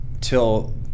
till